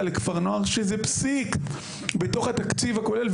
לכפר נוער שזה פסיק בתוך התקציב הכולל,